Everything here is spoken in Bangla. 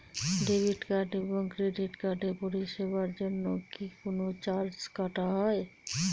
ডেবিট কার্ড এবং ক্রেডিট কার্ডের পরিষেবার জন্য কি কোন চার্জ কাটা হয়?